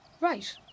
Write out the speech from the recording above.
Right